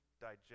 digest